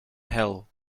hell